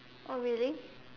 oh really